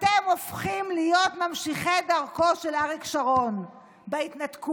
אתם הופכים להיות ממשיכי דרכו של אריק שרון בהתנתקות,